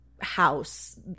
house